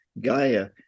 Gaia